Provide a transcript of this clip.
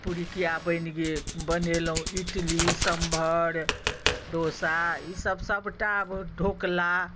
पुरिकिआ बनि गेल बनेलहुँ इडली सम्भर डोसा ईसभ सभटा ढोकला